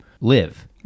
live